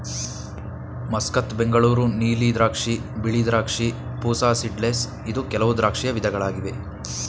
Muscat, Bengaluru ನೀಲಿ ದ್ರಾಕ್ಷಿ, ಬಿಳಿ ದ್ರಾಕ್ಷಿ, ಪೂಸಾ ಸೀಡ್ಲೆಸ್ ಇದು ಕೆಲವು ದ್ರಾಕ್ಷಿಯ ವಿಧಗಳಾಗಿವೆ